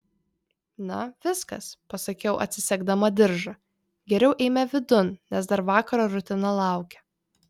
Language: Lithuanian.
na viskas pasakiau atsisegdama diržą geriau eime vidun nes dar vakaro rutina laukia